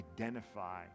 identify